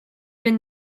been